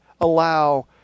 allow